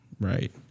right